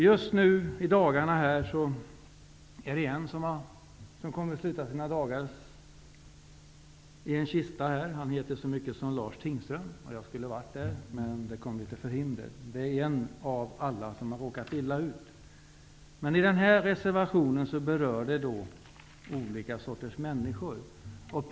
Just nu i dagarna handlar det om en person som har slutat sina dagar och ligger i en kista. Han heter så mycket som Lars Tingström. Jag skulle ha varit med vid begravningen men jag fick förhinder. Tingström är en av många som har råkat illa ut. Vår reservation berör olika sorters människor.